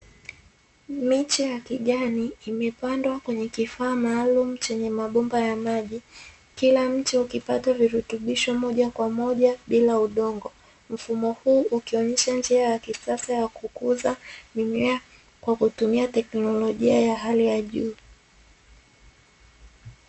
Miche ya kijani imepandwa kwenye kifaa maalumu chenye mabomba ya maji, kila mche ukipata virutubisho moja kwa moja bila udongo, mfumo huu ukionyesha njia ya kisasa ya kukuza mimea kwa kutumia teknolojia ya hali ya juu.